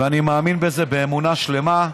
ואני מאמין בזה באמונה שלמה,